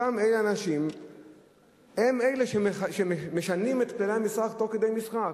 אותם אנשים הם אלה שמשנים את כללי המשחק תוך כדי משחק.